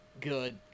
good